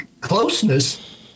closeness